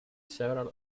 several